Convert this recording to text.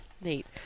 Neat